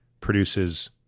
produces